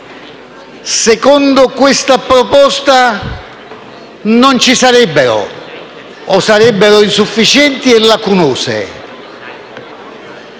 Secondo questa proposta, non ci sarebbero o sarebbero insufficienti e lacunose.